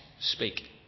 speak